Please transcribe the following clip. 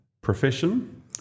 Profession